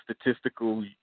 statistical